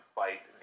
fight